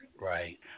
Right